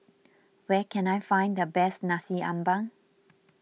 where can I find the best Nasi Ambeng